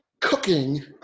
Cooking